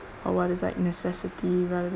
on what is like necessity rather than